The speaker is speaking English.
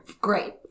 Great